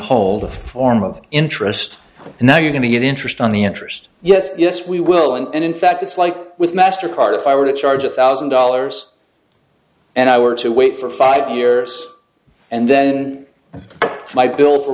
the form of interest and now you're going to get interest on the interest yes yes we will and in fact it's like with mastercard if i were to charge a thousand dollars and i were to wait for five years and then my bill for